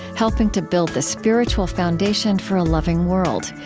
helping to build the spiritual foundation for a loving world.